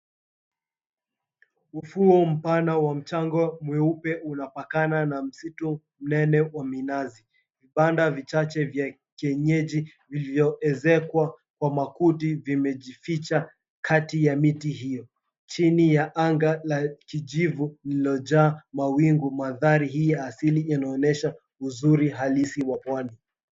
Ufuo mpana wa mchanga mweupe unapakana na msitu mnene wa minazi. Vibanda vichache vya kienyeji vilivyoezekwa kwa makuti vimejificha kati ya miti hiyo. Chini ya anga la kijivu lililojaa mawingu, mandhari hii ya asili inayoonyesha uzuri halisi wa Pwani.